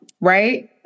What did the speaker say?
Right